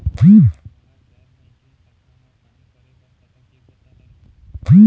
मोला गैर बैंकिंग शाखा मा काम करे बर कतक योग्यता लगही?